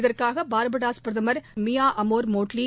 இதற்காகபார்படோஸ் பிரதமர் Mia Amor Mottley